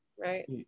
right